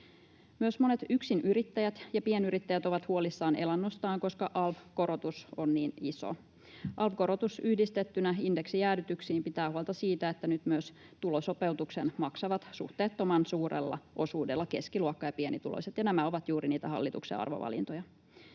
Myös monet yksinyrittäjät ja pienyrittäjät ovat huolissaan elannostaan, koska alv-korotus on niin iso. Alv-korotus yhdistettynä indeksijäädytyksiin pitää huolta siitä, että nyt myös tulosopeutuksen maksavat suhteettoman suurella osuudella keskiluokka ja pienituloiset, ja nämä ovat juuri niitä hallituksen arvovalintoja.